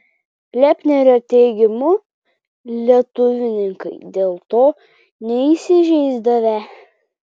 lepnerio teigimu lietuvininkai dėl to neįsižeisdavę